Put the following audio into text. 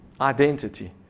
identity